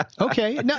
okay